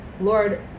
Lord